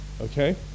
Okay